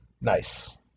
nice